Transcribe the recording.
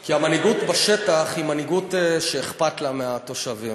כי המנהיגות בשטח היא מנהיגות שאכפת לה מהתושבים.